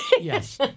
Yes